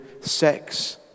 sex